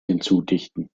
hinzudichten